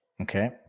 Okay